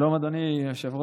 שלום, אדוני היושב-ראש.